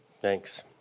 Thanks